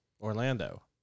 Orlando